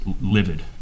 livid